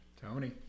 Tony